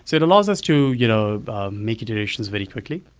so it allows us to you know make iterations very quickly.